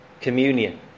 communion